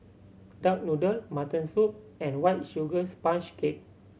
duck noodle mutton soup and White Sugar Sponge Cake